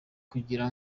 kugira